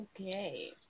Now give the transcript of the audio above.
Okay